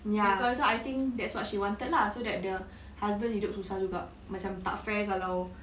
ya so I think that's what she wanted lah so that the husband hidup susah juga macam tak fair kalau